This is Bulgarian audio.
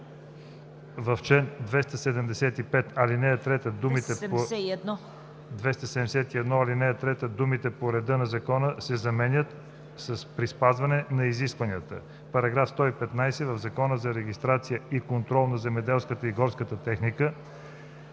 в чл. 271, ал. 3 думите „по реда на Закона“ се заменят с „при спазване на изискванията“. § 115. В Закона за регистрация и контрол на земеделската и горската техника